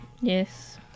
Yes